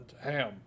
ham